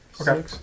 Okay